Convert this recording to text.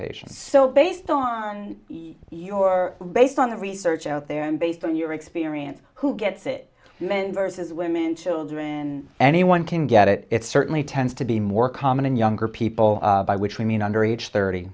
patients so based on your based on the research out there and based on your experience who gets it men vs women children anyone can get it it's certainly tends to be more common in younger people by which we mean under age thirty